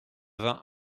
vingts